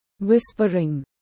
whispering